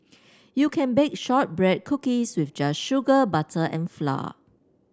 you can bake shortbread cookies with just sugar butter and flour